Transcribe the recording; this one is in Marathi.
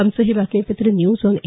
आमचं हे बातमीपत्र न्यूज ऑन ए